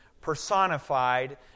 personified